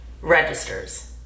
registers